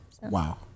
Wow